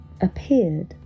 appeared